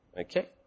Okay